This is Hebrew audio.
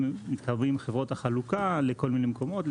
מתקרבים חברות החלוקה לכל מיני מקומות.